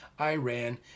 Iran